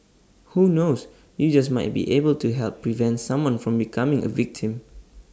who knows you just might be able to help prevent someone from becoming A victim